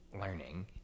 learning